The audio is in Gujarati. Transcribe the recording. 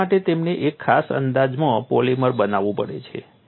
જેના માટે તેમને એક ખાસ અંદાજમાં પોલિમર બનાવવું પડે છે